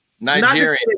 Nigerian